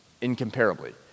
incomparably